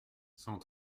cent